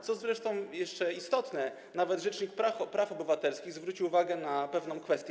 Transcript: Co zresztą jeszcze istotne, nawet rzecznik praw obywatelskich zwrócił uwagę na pewną kwestę.